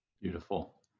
beautiful